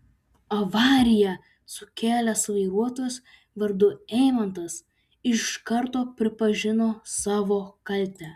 avariją sukėlęs vairuotojas vardu eimantas iš karto pripažino savo kaltę